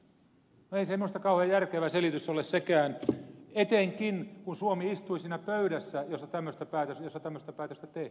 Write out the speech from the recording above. ei se minusta kauhean järkevä selitys ole sekään etenkin kun suomi istui siinä pöydässä jossa tämmöistä päätöstä tehtiin ministeri linden